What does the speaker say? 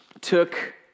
took